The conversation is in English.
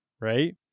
right